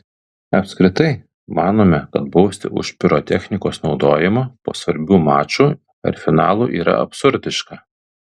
apskritai manome kad bausti už pirotechnikos naudojimą po svarbių mačų ar finalų yra absurdiška